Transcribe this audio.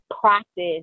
practice